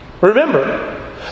Remember